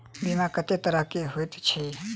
बीमा कत्तेक तरह कऽ होइत छी?